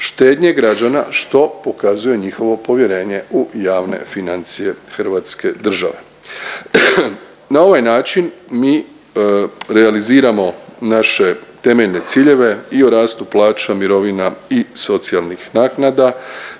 štednje građana što pokazuje njihovo povjerenje u javne financije Hrvatske države. Na ovaj način mi realiziramo naše temeljne ciljeve i o rastu plaća, mirovina i socijalnih naknada